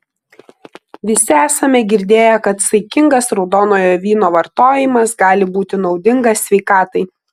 visi esame girdėję kad saikingas raudonojo vyno vartojimas gali būti naudingas sveikatai